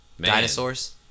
Dinosaurs